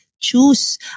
Choose